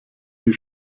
die